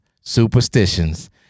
superstitions